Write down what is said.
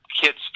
kids